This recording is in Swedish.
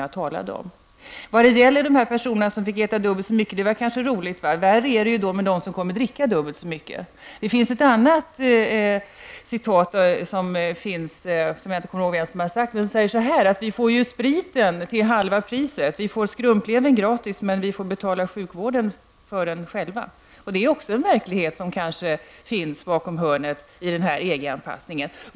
Jag håller med om att det kanske var roligt för de personer som fick äta dubbelt så mycket. Värre är det då med dem som kommer att dricka dubbelt så mycket. Jag kommer att tänka på ett annat citat -- jag minns nu inte vem som gjort det uttalandet -- som lyder: Vi får ju spriten till halva priset, vi får skrumplevern gratis, men vi får själva betala sjukvården för den. Det är också en verklighet som kanske ligger bakom hörnet i EG-anpassningens tider.